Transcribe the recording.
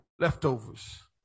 leftovers